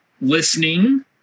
listening